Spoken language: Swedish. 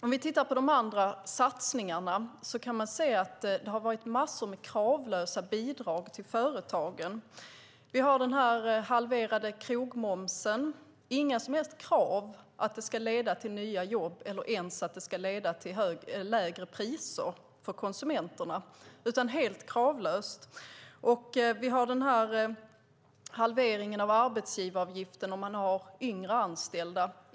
Om man tittar på de andra satsningarna kan man se att det har varit massor av kravlösa bidrag till företagen. Vi har till exempel den halverade krogmomsen, utan några som helst krav på att det ska leda till nya jobb eller ens till lägre priser för konsumenterna. Det är helt kravlöst. Vi har halveringen av arbetsgivaravgiften för yngre anställda.